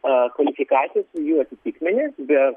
a kvalifikacijas ir jų atitikmenį bet